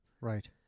Right